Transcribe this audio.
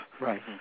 right